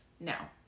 Now